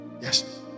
Yes